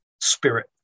spirit